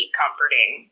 comforting